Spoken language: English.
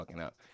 up